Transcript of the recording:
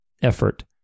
effort